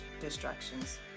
distractions